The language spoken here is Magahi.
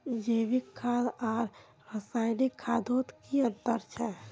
जैविक खाद आर रासायनिक खादोत की अंतर छे?